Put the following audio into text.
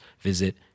visit